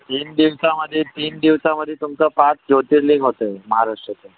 तीन दिवसांमध्ये तीन दिवसांमध्ये तुमचं पाच ज्योतिर्लिंग होतं आहे महाराष्ट्राचं